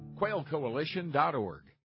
Quailcoalition.org